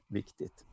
viktigt